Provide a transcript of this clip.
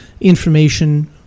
information